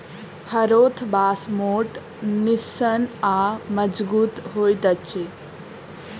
हरोथ बाँस मोट, निस्सन आ मजगुत होइत अछि